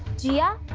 jia?